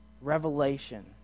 revelation